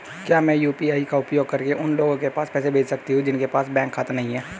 क्या मैं यू.पी.आई का उपयोग करके उन लोगों के पास पैसे भेज सकती हूँ जिनके पास बैंक खाता नहीं है?